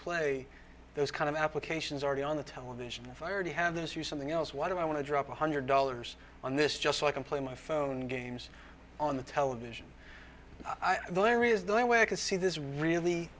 play those kind of applications already on the television if i already have this you something else why do i want to drop one hundred dollars on this just like i'm playing my phone games on the television i mean there is the only way i can see this really